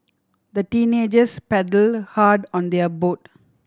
the teenagers paddle hard on their boat